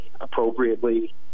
appropriately